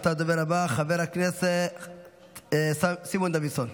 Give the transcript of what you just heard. עתה הדובר הבא, חבר הכנסת סימון דוידסון,